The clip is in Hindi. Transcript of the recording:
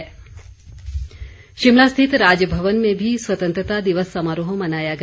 राज्यपाल शिमला स्थित राजभवन में भी स्वतंत्रता दिवस समारोह मनाया गया